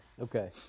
Okay